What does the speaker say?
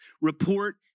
report